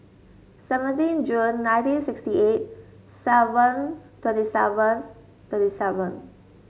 seventeen June nineteen sixty eight seven twenty seven twenty seven